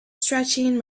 stretching